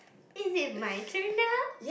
is it my turn now